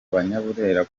abanyaburera